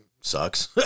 sucks